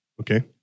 Okay